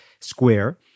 square